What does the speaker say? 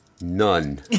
None